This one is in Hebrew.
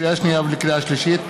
לקריאה שנייה ולקריאה שלישית: